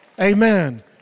Amen